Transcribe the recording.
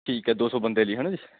ਠੀਕ ਹੈ ਦੋ ਸੌ ਬੰਦੇ ਲਈ ਹੈ ਨਾ ਜੀ